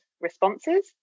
responses